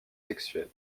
sexuel